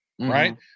right